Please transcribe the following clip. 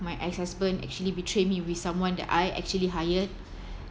my ex husband actually betray me with someone that I actually hired